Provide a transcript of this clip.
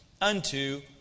unto